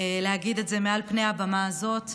להגיד את זה מעל הבמה הזאת.